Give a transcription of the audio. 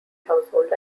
household